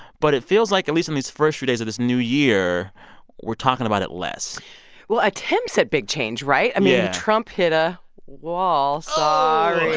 but it feels like at least in these first few days of this new year we're talking about it less well, attempts at big change, right? yeah i mean, trump hit a wall sorry.